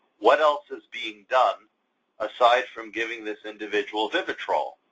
what else is being done aside from giving this individual vivitrol?